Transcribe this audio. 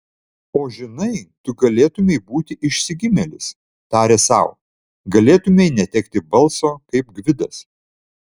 o žinai tu galėtumei būti išsigimėlis tarė sau galėtumei netekti balso kaip gvidas